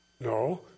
No